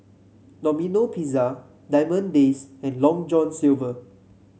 Domino Pizza Diamond Days and Long John Silver